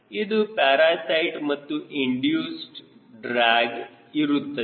ಒಟ್ಟು ಪ್ಯಾರಾಸೈಟ್ ಮತ್ತು induced drag ಇರುತ್ತದೆ